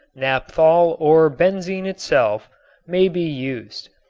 naphthol or benzene itself may be used.